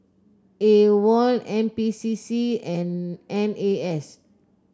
AWOL N P C C and N A S